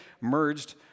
merged